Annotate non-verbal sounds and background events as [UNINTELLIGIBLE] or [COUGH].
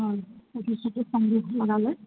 হয় [UNINTELLIGIBLE]